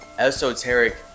esoteric